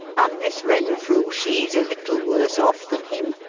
and miss renfrew she's a little worse off than him.